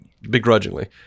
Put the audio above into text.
begrudgingly